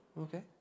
Okay